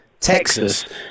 Texas